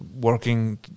working